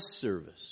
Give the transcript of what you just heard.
service